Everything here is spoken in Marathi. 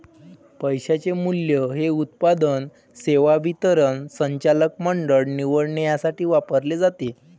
पैशाचे मूल्य हे उत्पादन, सेवा वितरण, संचालक मंडळ निवडणे यासाठी वापरले जाते